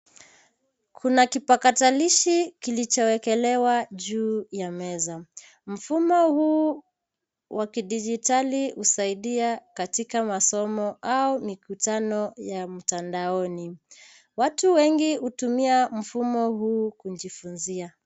Kuna kipakatalishi kilichowekelewa juu ya meza. Mfumo huu wa kidijitali husaidia katika masomo au mikutano ya mtandaoni . Watu wengi hutumia mfumo huu kujifunzia.